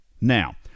Now